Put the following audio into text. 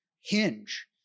hinge